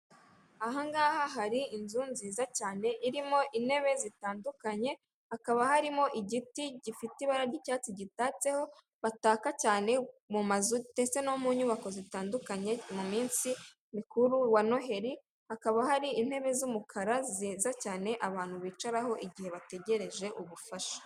Ahangaha hari inzu nziza cyane irimo intebe zitandukanye, hakaba harimo igiti gifite ibara ry'icyatsi gitatseho, bataka cyane mu mazu ndetse no mu nyubako zitandukanye mu minsi mikuru wa noheli, hakaba hari intebe z'umukara ziza cyane abantu bicaraho igihe bategereje ubufasha.